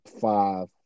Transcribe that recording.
five